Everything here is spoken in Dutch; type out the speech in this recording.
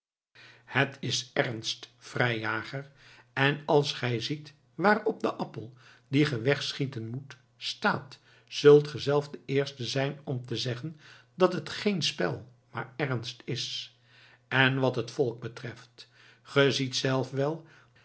het is ernst vrijjager en als gij ziet waarop de appel dien ge wegschieten moet staat zult ge zelf de eerste zijn om te zeggen dat het geen spel maar ernst is en wat het volk betreft ge ziet zelf wel